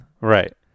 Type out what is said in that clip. right